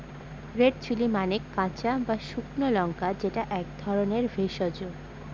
red chilli মানে কাঁচা বা শুকনো লঙ্কা যেটা এক ধরনের ভেষজ